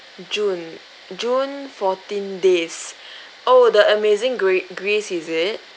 june june fourteen days oh the amazing great greece is it